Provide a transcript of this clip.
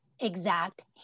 exact